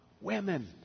women